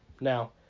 now